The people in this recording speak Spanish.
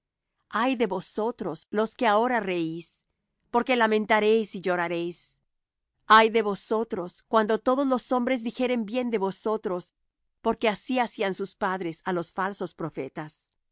ay de vosotros los que ahora reís porque lamentaréis y lloraréis ay de vosotros cuando todos los hombres dijeren bien de vosotros porque así hacían sus padres á los falsos profetas